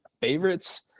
favorites